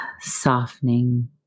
softening